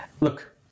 Look